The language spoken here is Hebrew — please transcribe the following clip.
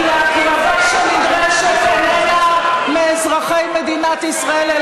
כי ההקרבה שנדרשת איננה מאזרחי מדינת ישראל,